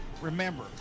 Remember